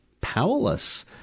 powerless